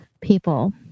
people